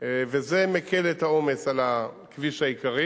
וזה מקל את העומס על הכביש העיקרי